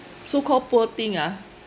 so call poor thing ah